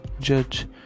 judge